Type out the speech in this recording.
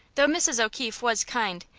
though mrs. o'keefe was kind,